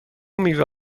میوه